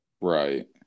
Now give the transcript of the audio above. Right